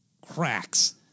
cracks